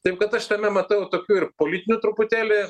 taip kad aš tame matau tokių ir politinių truputėlį